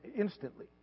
instantly